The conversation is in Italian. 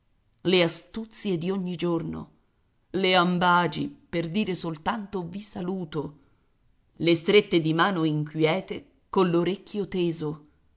le astuzie di ogni giorno le ambagi per dire soltanto vi saluto le strette di mano inquiete coll'orecchio teso